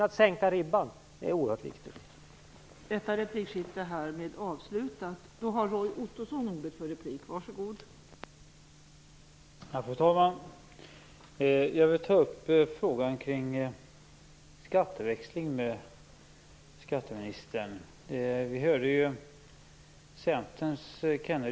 Det är oerhört viktigt att sänka ribban.